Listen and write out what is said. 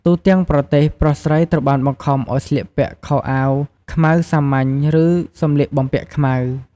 ទូទាំងប្រទេស ប្រុសស្រីត្រូវបានបង្ខំឱ្យស្លៀកពាក់ខោអាវខ្មៅសាមញ្ញ ឬ "សំលៀកបំពាក់ខ្មៅ"។